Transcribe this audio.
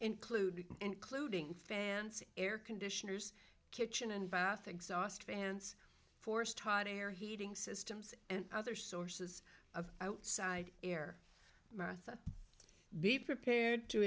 including including fancy air conditioners kitchen and bath exhaust fans forced hot air heating systems and other sources of outside air martha be prepared to